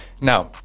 Now